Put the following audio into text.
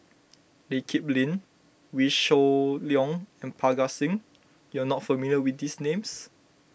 Lee Kip Lin Wee Shoo Leong and Parga Singh you are not familiar with these names